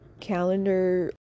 calendar